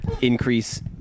Increase